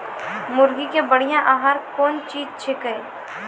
मुर्गी के बढ़िया आहार कौन चीज छै के?